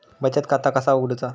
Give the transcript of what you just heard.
बचत खाता कसा उघडूचा?